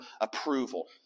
approval